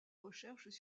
recherches